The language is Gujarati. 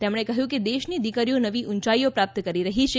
તેમણે કહ્યું કે દેશની દિકરીઓ નવી ઉંચાઈઓ પ્રાપ્ત કરી રહી છે